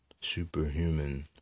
superhuman